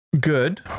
Good